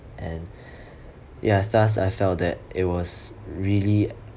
and ya thus I felt that it was really